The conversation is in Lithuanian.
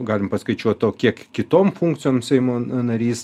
galim paskaičiuot o kiek kitom funkcijom seimo na narys